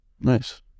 nice